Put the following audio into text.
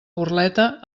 burleta